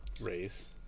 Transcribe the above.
race